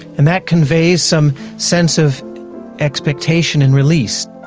and that conveys some sense of expectation and release.